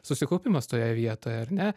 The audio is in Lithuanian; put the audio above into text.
susikaupimas toje vietoje ar ne